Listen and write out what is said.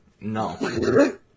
No